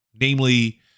Namely